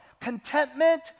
Contentment